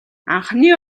анхны